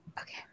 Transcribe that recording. Okay